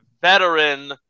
veteran